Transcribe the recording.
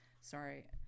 sorry